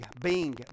bing